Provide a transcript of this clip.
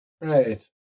Right